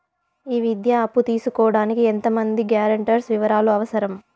ఈ విద్యా అప్పు తీసుకోడానికి ఎంత మంది గ్యారంటర్స్ వివరాలు అవసరం?